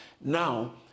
Now